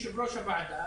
יושב-ראש הוועדה,